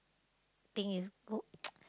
thing you put